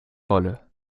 wolle